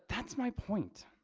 that's my point.